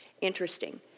Interesting